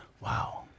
wow